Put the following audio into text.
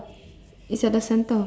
it's at the centre